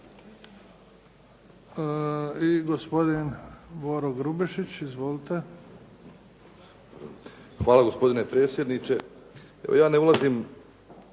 Hvala.